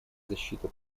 защита